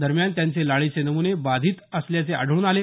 दरम्यान त्यांचे लाळेचे नम्ने बाधित असल्याचे आढळून आले